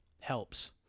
helps